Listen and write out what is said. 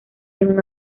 según